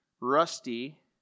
rusty